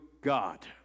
God